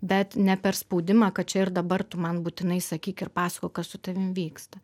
bet ne per spaudimą kad čia ir dabar tu man būtinai sakyk ir pasakok kas su tavim vyksta